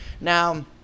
now